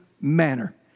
manner